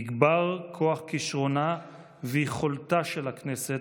יגבר כוח כישרונה ויכולתה של הכנסת,